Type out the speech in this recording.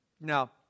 Now